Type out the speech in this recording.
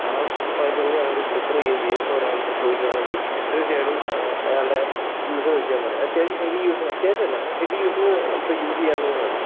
ആ പ്രൈസങ്കിൽ ഞാനത് പ്രിഫർ ചെയ്യുകയും ചെയ്യും ഒരാളിപ്പോൾ ചോദിക്കുവാണെങ്കിൽ തീർച്ചയായിട്ടും അയാൾടെ യൂസിന് വെച്ച് ഞാൻ പറയാം അത്യാവശ്യം ഹെവി യൂസിന് അത്യാവശ്യമല്ല അത് ഹെവി യൂസിന് നമുക്ക് യൂസ് ചെയ്യാവുന്നതു കൂടെയാണ്